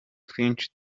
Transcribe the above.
twinshi